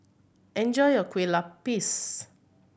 enjoy your kue lupis